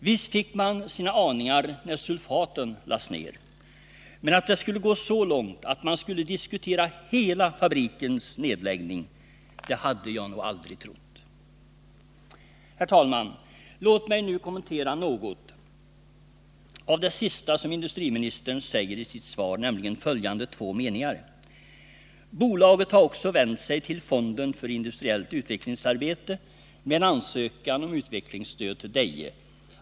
Visst fick man sina aningar när sulfaten lades ner, men att det skulle gå så långt att man skulle diskutera hela fabrikens nedläggning, det hade jag nog inte trott. Herr talman! Låt mig så kommentera något av det sista som industriministern säger i sitt svar, nämligen följande två meningar: ”Bolaget har också vänt sig till Fonden för industriellt utvecklingsarbete med en ansökan om utvecklingsstöd till Deje.